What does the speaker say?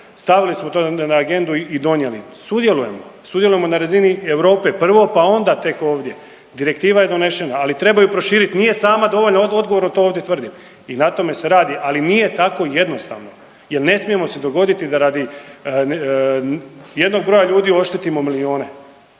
stavili smo to na agendu i donijeli. Sudjelujemo, sudjelujemo na razini Europe prvo, pa tek onda ovdje. Direktiva je donešena, ali treba je proširiti. Nije sama dovoljno odgovorno to ovdje tvrdim i na tome se radi, ali nije tako jednostavno, jer ne smijemo si dogoditi da radi jednog broja ljudi oštetimo milijune